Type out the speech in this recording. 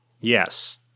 Yes